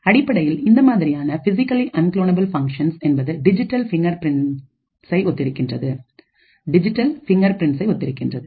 அடிப்படையில் இந்த மாதிரியான பிசிக்கலி அன்குலோனபுல் ஃபங்ஷன்ஸ் என்பது டிஜிட்டல் பிங்கர் பிரிண்ட்சை ஒத்திருக்கின்றது